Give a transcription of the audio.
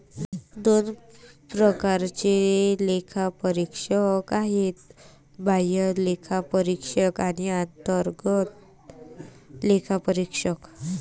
दोन प्रकारचे लेखापरीक्षक आहेत, बाह्य लेखापरीक्षक आणि अंतर्गत लेखापरीक्षक